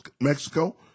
Mexico